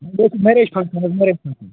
یہِ حظ چھِ میریج فنٛکشن حظ میریج فنٛکشن